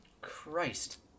Christ